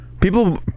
people